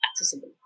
accessible